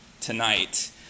tonight